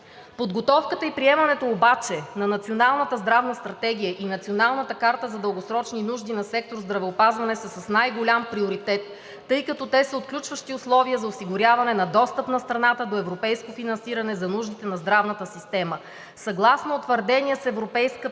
Подготовката и приемането обаче на Националната здравна стратегия и Националната карта за дългосрочни нужди на сектор „Здравеопазване“ са с най-голям приоритет, тъй като те са отключващи условия за осигуряване на достъп на страната до европейско финансиране за нуждите на здравната система. Съгласно утвърдения с Европейската комисия